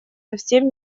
совсем